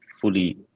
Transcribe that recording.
fully